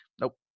Nope